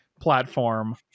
platform